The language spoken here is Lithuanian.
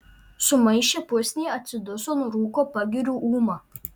sumaišė pusnį atsiduso nurūko pagiriu ūma